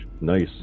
Nice